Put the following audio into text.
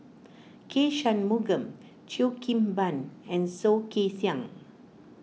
K Shanmugam Cheo Kim Ban and Soh Kay Siang